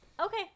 Okay